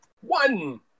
One